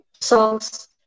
songs